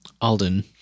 Alden